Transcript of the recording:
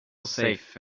safe